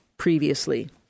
Previously